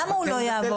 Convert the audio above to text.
למה הוא לא יעבוד?